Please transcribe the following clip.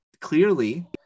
clearly